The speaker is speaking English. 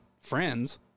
friends